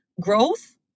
growth